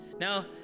Now